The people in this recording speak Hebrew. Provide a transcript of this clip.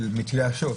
של מתייאשות?